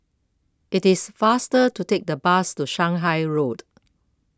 it is faster to take the bus to Shanghai Road